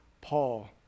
Paul